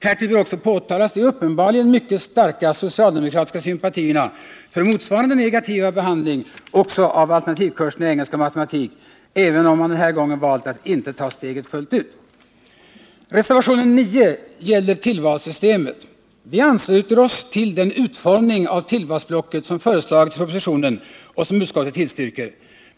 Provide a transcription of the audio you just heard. Härtill bör också påtalas de uppenbarligen mycket starka socialdemokratiska sympatierna för motsvarande negativa behandling också av alternativkurserna i engelska och matematik, även om man den här gången valt att inte ta steget fullt ut. Reservationen 9 gäller tillvalssystemet. Vi ansluter oss till den utformning av tillvalsblocket som föreslagits i propositionen och som utskottet tillstyrker.